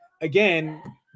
again